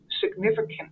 significant